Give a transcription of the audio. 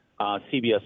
CBS